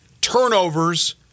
Turnovers